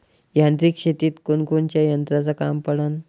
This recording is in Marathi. यांत्रिक शेतीत कोनकोनच्या यंत्राचं काम पडन?